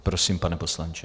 Prosím, pane poslanče.